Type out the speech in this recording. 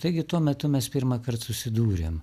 taigi tuo metu mes pirmąkart susidūrėm